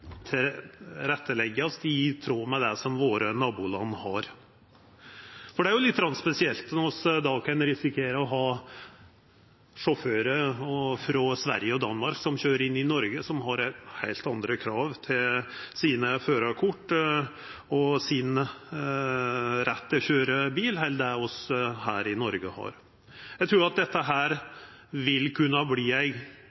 tråd med det nabolanda våre har, for det er lite grann spesielt når vi kan risikera at sjåførar frå Sverige og Danmark køyrer inn i Noreg – med heilt andre krav til sitt førarkort og sin rett til å køyra bil enn det vi har i Noreg. Eg trur at dette